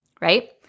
right